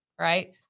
right